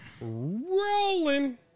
rolling